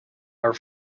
are